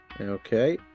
Okay